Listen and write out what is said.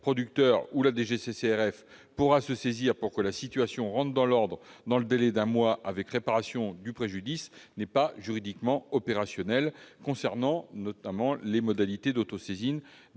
des fraudes pourra se saisir du sujet pour que la situation rentre dans l'ordre dans le délai d'un mois, avec réparation du préjudice, n'est pas juridiquement opérationnel. Je pense notamment aux modalités d'autosaisine